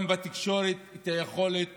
גם בתקשורת, על היכולת